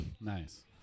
Nice